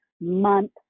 month